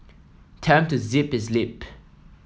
tell him to zip his lip